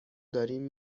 داریم